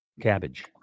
Cabbage